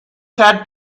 had